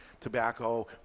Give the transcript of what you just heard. tobacco